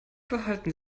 behalten